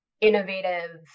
innovative